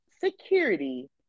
security